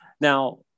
Now